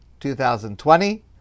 2020